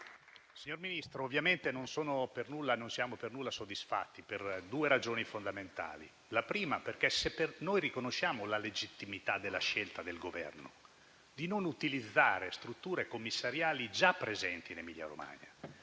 Signora Presidente, ovviamente non siamo affatto soddisfatti, per due ragioni fondamentali. In primo luogo, noi riconosciamo la legittimità della scelta del Governo di non utilizzare strutture commissariali già presenti in Emilia Romagna;